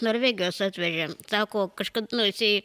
norvegijos atvežė sako kažkada nu jisai